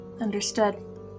understood